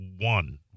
one